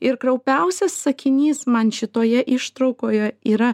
ir kraupiausias sakinys man šitoje ištraukoje yra